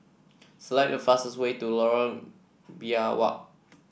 select the fastest way to Lorong Biawak